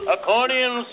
Accordion